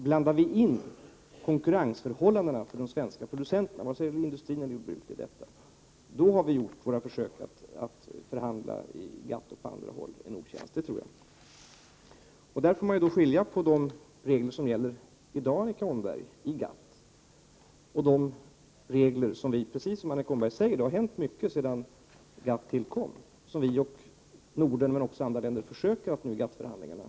Blandar vi in konkurrensförhållandena för de svenska producenterna — frågan är vad industrin och jordbruket säger om det —, tror jag att vi gör oss själva en otjänst vad gäller våra försök att förhandla i GATT och i andra sammanhang. Man måste skilja, Annika Åhnberg, mellan de regler som gäller i dag i GATT och de regler — jag måste här tillägga att det, precis som Annika Åhnberg säger, har hänt mycket sedan GATT tillkom — som vi i Norden men också andra länder försöker föra in i GATT-förhandlingarna.